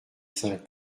saint